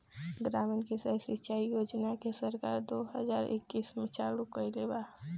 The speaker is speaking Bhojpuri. प्रधानमंत्री कृषि सिंचाई योजना के सरकार दो हज़ार इक्कीस में चालु कईले बा